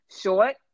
short